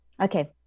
Okay